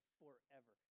forever